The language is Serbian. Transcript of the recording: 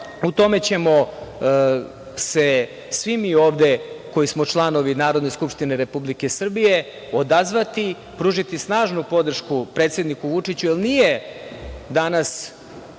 tome ćemo se svi mi ovde koji smo članovi Narodne skupštine Republike Srbije odazvati, pružiti snažnu podršku predsedniku Vučiću jer nije danas